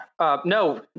No